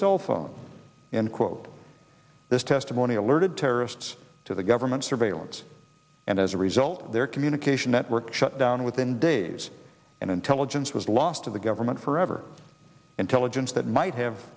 cell phone and quote this testimony alerted terrorists to the government surveillance and as a result their communication network shut down within days and intelligence was lost to the government forever intelligence that might have